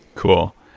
cool.